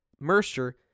Mercer